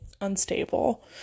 unstable